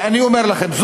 ואני אומר לכם,